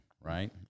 right